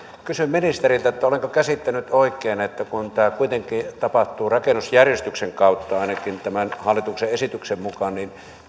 kysyn ministeriltä olenkohan käsittänyt oikein että kun tämä kuitenkin tapahtuu rakennusjärjestyksen kautta ainakin tämän hallituksen esityksen mukaan niin